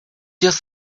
just